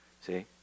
See